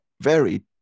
varied